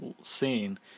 scene